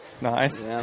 Nice